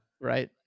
right